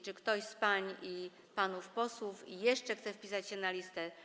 Czy ktoś z pań i panów posłów jeszcze chce wpisać się na listę?